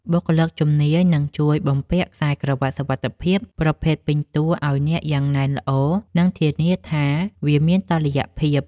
បុគ្គលិកជំនាញនឹងជួយបំពាក់ខ្សែក្រវាត់សុវត្ថិភាពប្រភេទពេញតួឱ្យអ្នកយ៉ាងណែនល្អ និងធានាថាវាមានតុល្យភាព។